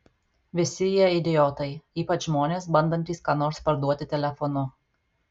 visi jie idiotai ypač žmonės bandantys ką nors parduoti telefonu